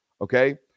Okay